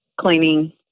cleaning